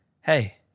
hey